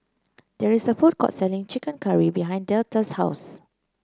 there is a food court selling chicken curry behind Deetta's house